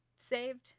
saved